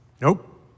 Nope